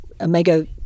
omega